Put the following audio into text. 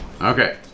Okay